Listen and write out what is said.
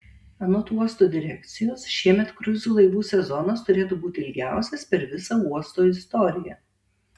anot uosto direkcijos šiemet kruizų laivų sezonas turėtų būti ilgiausias per visą uosto istoriją